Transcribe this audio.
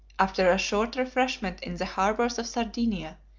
after a short refreshment in the harbors of sardinia,